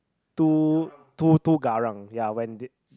too too too garang ya when they